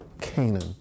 Canaan